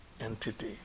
entity